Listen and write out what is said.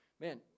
man